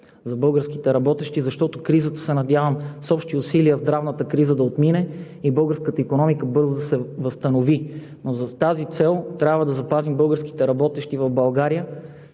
за българските работещи, защото се надявам с общи усилия здравната криза да отмине и българската икономика бързо да се възстанови. Но за тази цел трябва да запазим българските работещи в България